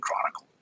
chronicle